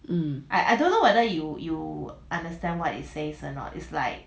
um